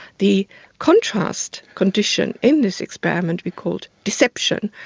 the contrast condition in this experiment we called deception.